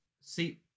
see